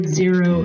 zero